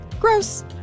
Gross